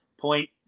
point